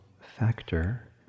factor